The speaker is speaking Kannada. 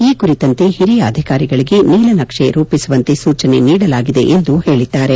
ಈ ಕುರಿತಂತೆ ಹಿರಿಯ ಅಧಿಕಾರಿಗಳಿಗೆ ನೀಲನಕ್ಷೆ ರೂಪಿಸುವಂತೆ ಸೂಚನೆ ನೀಡಲಾಗಿದೆ ಎಂದು ಹೇಳಿದ್ದಾರೆ